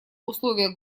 условия